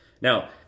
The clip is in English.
Now